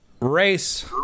Race